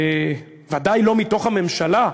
ודאי לא מתוך הממשלה,